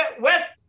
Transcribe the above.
West